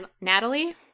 Natalie